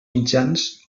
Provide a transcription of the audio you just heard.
mitjans